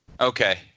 okay